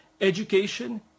education